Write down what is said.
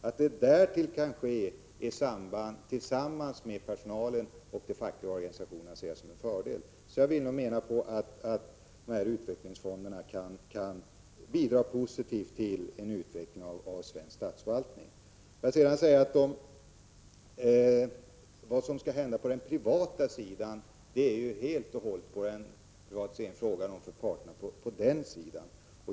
Att det därtill kan ske tillsammans med personalen och de fackliga organisationerna ser jag som en fördel. De här utvecklingsfonderna kan bidra positivt till en utveckling av svensk statsförvaltning. Vad som skall hända på den privata sidan är helt och hållet en fråga för parterna.